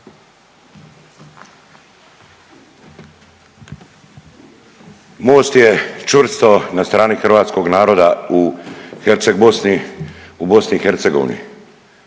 Most je čvrsto na strani hrvatskog naroda u Herceg-Bosni